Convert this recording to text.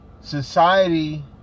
society